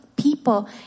people